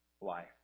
life